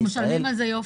אנחנו משלמים על זה יופי.